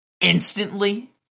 instantly